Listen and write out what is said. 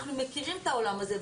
אנחנו מכירים את העולם הזה.